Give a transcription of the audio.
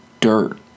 dirt